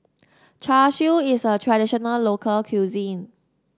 Char Siu is a traditional local cuisine